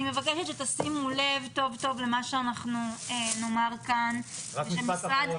אני מבקשת שתשימו לב טוב טוב למה שאנחנו נאמר כאן --- רק משפט אחרון,